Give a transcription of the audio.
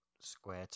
Square